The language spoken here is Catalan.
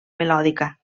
melòdica